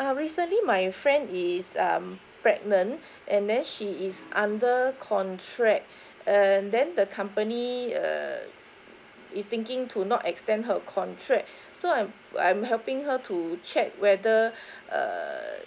uh recently my friend is um pregnant and then she is under contract err then the company uh is thinking to not extend her contract so I'm I'm helping her to check whether err